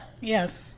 Yes